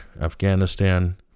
Afghanistan